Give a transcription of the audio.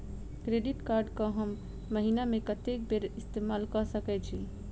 Credit card कऽ हम महीना मे कत्तेक बेर इस्तेमाल कऽ सकय छी?